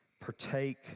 partake